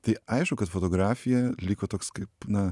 tai aišku kad fotografija liko toks kaip na